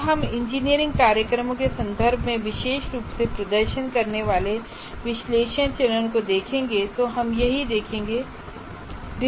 जब हम इंजीनियरिंग कार्यक्रम के संदर्भ में विशेष रूप से प्रदर्शन करने वाले विश्लेषण चरण को देखेंगे तो हम यही देखेंगे